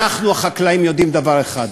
אנחנו החקלאים יודעים דבר אחד: